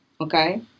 Okay